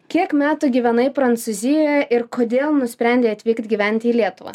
kiek metų gyvenai prancūzijoje ir kodėl nusprendei atvykt gyventi į lietuvą